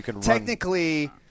technically